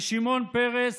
ושמעון פרס,